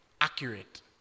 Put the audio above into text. accurate